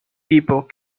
people